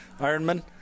Ironman